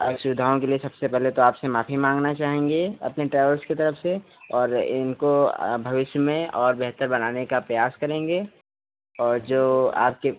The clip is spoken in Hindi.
असुविधाओं के लिए सबसे पहले तो आपसे माफ़ी माँगना चाहेंगे अपने ट्रैवल्स के तरफ से और इनको भविष्य में और बेहतर बनाने का प्रयास करेंगे और जो आपके